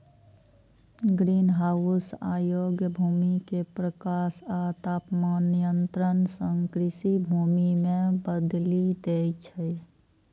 greenhouse अयोग्य भूमि कें प्रकाश आ तापमान नियंत्रण सं कृषि भूमि मे बदलि दै छै